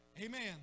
Amen